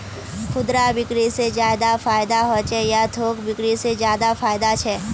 खुदरा बिक्री से ज्यादा फायदा होचे या थोक बिक्री से ज्यादा फायदा छे?